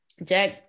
jack